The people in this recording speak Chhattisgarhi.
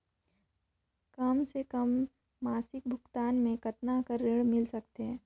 कम से कम मासिक भुगतान मे कतना कर ऋण मिल सकथे?